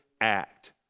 act